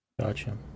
Gotcha